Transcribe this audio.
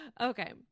Okay